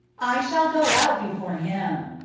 i shall go out before him.